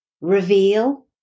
Reveal